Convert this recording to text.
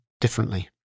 differently